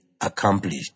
accomplished